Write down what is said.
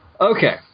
Okay